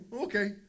Okay